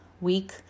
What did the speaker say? week